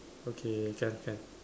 okay can can